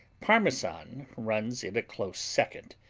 parmesan runs it a close second.